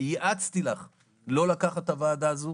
וייעצתי לך לא לקחת את הוועדה הזו.